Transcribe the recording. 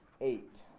eight